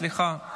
סליחה,